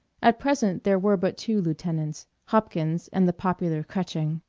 at present there were but two lieutenants hopkins and the popular kretching.